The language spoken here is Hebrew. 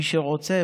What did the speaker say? מי שרוצה,